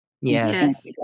Yes